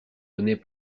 menée